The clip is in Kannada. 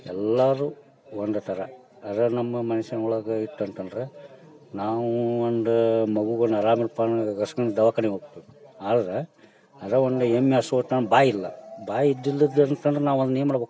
ಎಲ್ಲರೂ ಒಂದೇ ಥರ ಅದೇ ನಮ್ಮ ಮನ್ಸಿನ ಒಳಗೆ ಇತ್ತು ಅಂತಂದ್ರೆ ನಾವು ಒಂದು ಮಗುಗೆ ಒಂದು ಅರಾಮ ಇಲ್ಲಪ್ಪ ಅಂದ್ರೆ ಗಸ್ಕನ್ ದವಾಖಾನೆಗೆ ಹೋಗ್ತೇವೆ ಆದ್ರೆ ಅದೇ ಒಂದು ಎಮ್ಮೆ ಹಸು ಹೋತಂದ್ ಬಾಯಿಲ್ಲ ಬಾಯಿ ಇದ್ದಿಲ್ದದ್ದು ಅನ್ಕಂಡ್ರೆ ನಾವು ಅದ್ನ ಏನು ಮಾಡ್ಬೇಕು